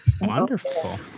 Wonderful